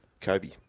Kobe